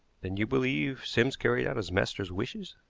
then you believe sims carried out his master's wishes?